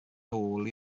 nol